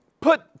put